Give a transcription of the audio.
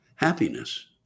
happiness